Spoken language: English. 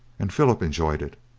and philip enjoyed it.